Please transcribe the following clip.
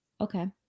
Okay